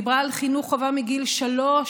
היא דיברה על חינוך חובה מגיל שלוש,